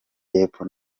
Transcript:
y’epfo